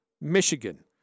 Michigan